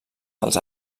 dels